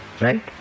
Right